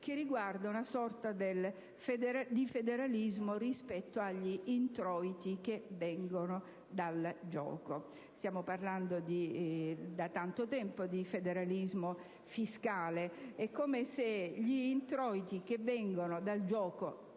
che riguarda una sorta di federalismo rispetto agli introiti che provengono dal gioco. Stiamo parlando da tanto tempo di federalismo fiscale, ma è come se gli introiti che provengono dal gioco